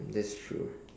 that's true